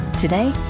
Today